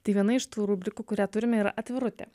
tai viena iš tų rubrikų kurią turime yra atvirut